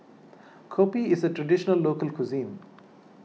Kopi is a Traditional Local Cuisine